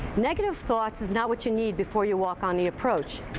negative thoughts is not what you need before you walk on the approach.